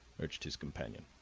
urged his companion.